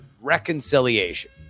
reconciliation